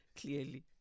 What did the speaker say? clearly